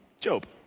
Job